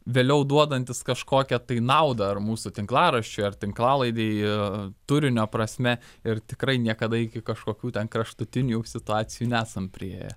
vėliau duodantys kažkokią tai naudą ar mūsų tinklaraščiui ar tinklalaidei turinio prasme ir tikrai niekada iki kažkokių ten kraštutinių jau situacijų nesam priėję